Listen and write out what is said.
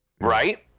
right